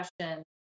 question